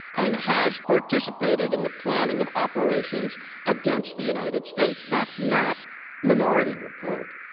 and has participated in the planning of operations against the united states. that's not minority report.